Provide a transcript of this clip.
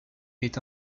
est